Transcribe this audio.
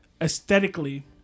aesthetically